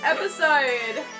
Episode